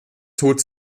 tod